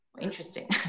interesting